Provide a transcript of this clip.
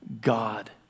God